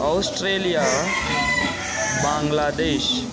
Australia Bangladesh